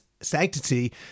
sanctity